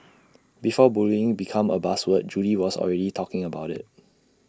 before bullying become A buzz word Judy was already talking about IT